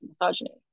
Misogyny